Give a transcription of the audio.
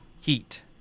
Heat